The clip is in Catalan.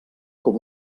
com